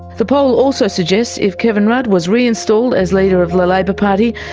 the poll also suggests if kevin rudd was reinstalled as leader of the labor party,